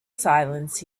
silence